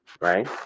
right